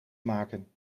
maken